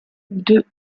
deux